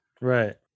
Right